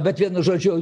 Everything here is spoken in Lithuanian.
bet vienu žodžiu